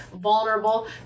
vulnerable